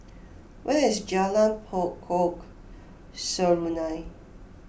where is Jalan Pokok Serunai